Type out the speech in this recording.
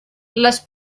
les